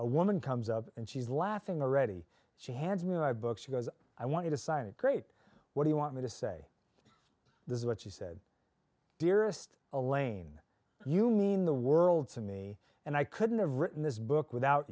a woman comes up and she's laughing already she hands me my book she goes i want you to sign it great what do you want me to say this is what she said dearest elaine you mean the world to me and i couldn't have written this book without